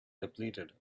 depleted